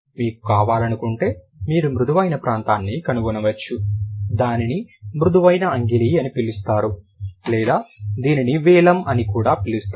మీకు కావాలనుకుంటే మీరు మృదువైన ప్రాంతాన్ని కనుగొనవచ్చు దానిని మృదువైన అంగిలి అని పిలుస్తారు లేదా దీనిని వేలం అని కూడా పిలుస్తారు